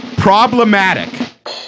problematic